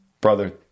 Brother